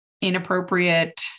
inappropriate